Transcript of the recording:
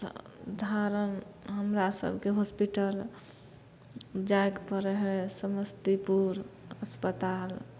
साधारण हमरासभके हॉस्पिटल जाइके पड़ै हइ समस्तीपुर अस्पताल